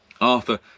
Arthur